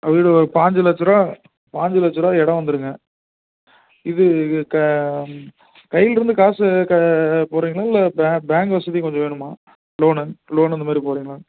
அதில் ஒரு பாஞ்சு லட்சம் ரூபா பாஞ்சு லட்சம் ரூபா இடம் வந்துடுங்க இது கையிலிருந்து காசு க போடுறீங்களா இல்லை பே பேங்க் வசதி கொஞ்சம் வேணுமா லோனு லோன் இந்த மாதிரி போடுறிங்களா